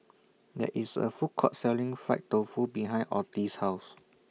There IS A Food Court Selling Fried Tofu behind Otis' House